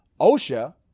OSHA